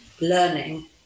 learning